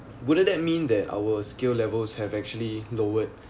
wouldn't that mean that our skill levels have actually lowered